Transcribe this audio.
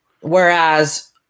Whereas